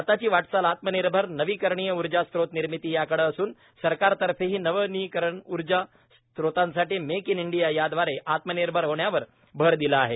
भारताची वाटचाल आत्मनिर्भर नविकरणीय ऊर्जा स्त्रोत निर्मिती याकडे असून सरकारतर्फे ही नविकरणीय ऊर्जा स्त्रोतासाठी मेक इन इंडिया यादवारे आत्मनिर्भर होण्यावर भर दिला आहे